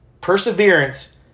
Perseverance